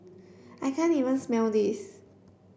I can't even smell this